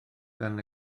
gan